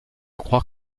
croire